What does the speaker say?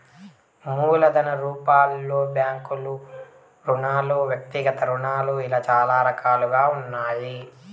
మూలధన రూపాలలో బ్యాంకు రుణాలు వ్యక్తిగత రుణాలు ఇలా చాలా రకాలుగా ఉన్నాయి